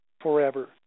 forever